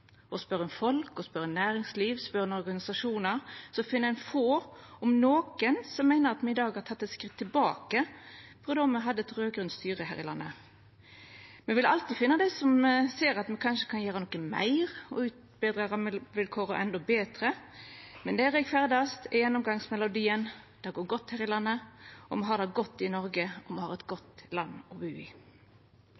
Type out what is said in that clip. Spør ein folk, spør ein næringsliv, spør ein organisasjonar, finn ein få, om nokon, som meiner at me i dag har teke eit skritt tilbake frå då me hadde eit raud-grønt styre her i landet. Me vil alltid finna dei som ser at me kanskje kan gjera noko meir og utbetra rammevilkår endå betre, men der eg ferdast, er gjennomgangsmelodien at det går godt her i landet, me har det godt i Noreg, og me har eit